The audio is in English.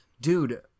Dude